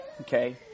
Okay